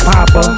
Papa